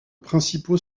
principaux